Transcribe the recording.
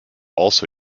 also